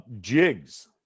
jigs